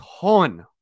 ton